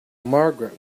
margaret